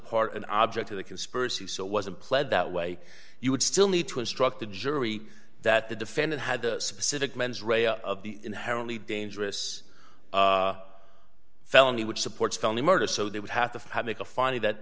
part an object to the conspiracy so it wasn't pled that way you would still need to instruct the jury that the defendant had a specific mens rea of the inherently dangerous felony which supports felony murder so they would have to make a finding that